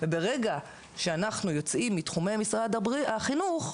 וברגע שאנחנו יוצאים מתחומי משרד החינוך,